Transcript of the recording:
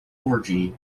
orgy